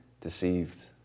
deceived